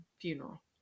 funeral